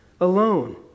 alone